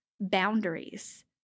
boundaries